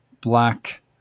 black